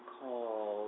call